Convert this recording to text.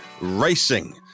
racing